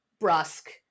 brusque